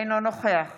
אינו נוכח